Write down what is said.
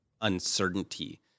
uncertainty